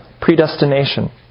predestination